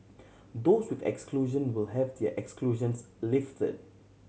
those with exclusion will have their exclusions lifted